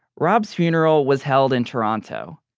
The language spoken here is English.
rob's funeral was held in toronto.